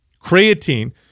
Creatine